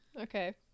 Okay